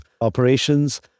operations